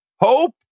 Hope